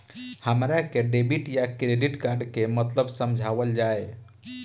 हमरा के डेबिट या क्रेडिट कार्ड के मतलब समझावल जाय?